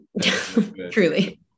truly